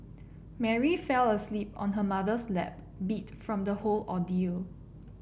Mary fell asleep on her mother's lap beat from the whole ordeal